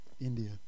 India